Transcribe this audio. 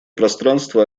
пространство